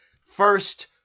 first